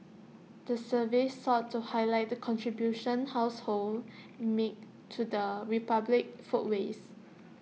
the survey sought to highlight the contribution households make to the republic's food waste